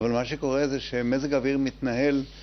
אבל מה שקורה זה שמזג האוויר מתנהל